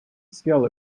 skill